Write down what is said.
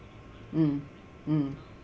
mm mm